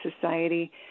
society